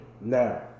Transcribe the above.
Now